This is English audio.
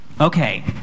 Okay